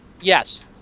Yes